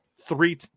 three